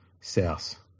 South